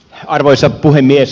arvoisa puhemies